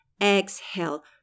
Exhale